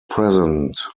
present